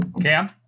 cam